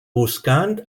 buscant